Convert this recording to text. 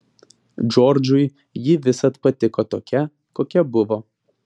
džordžui ji visad patiko tokia kokia buvo